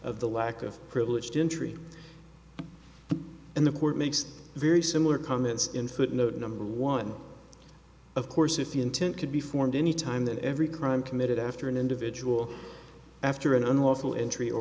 of the lack of privileged injury and the court makes very similar comments in footnote number one of course if the intent could be formed any time then every crime committed after an individual after an unlawful entry or